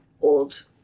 old